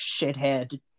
shithead